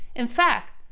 in fact,